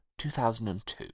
2002